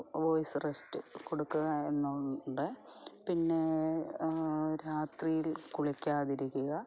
voice rest കൊടുക്കുക എന്നുണ്ട് പിന്നെ രാത്രിയിൽ കുളിക്കാതിരിക്കുക